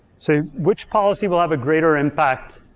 so which policy will have a greater impact